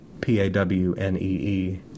P-A-W-N-E-E